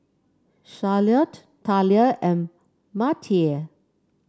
Charlottie Thalia and Matie